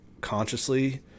consciously